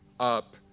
up